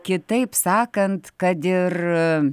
kitaip sakant kad ir